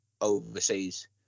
overseas